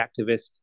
activist